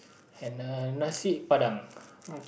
and uh Nasi-Padang